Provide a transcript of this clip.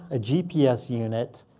a gps unit,